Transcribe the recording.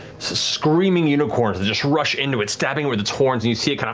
screaming unicorns, that just rush into it, stabbing with its horns, and you see it kind of